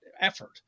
effort